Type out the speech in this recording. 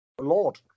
Lord